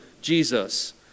Jesus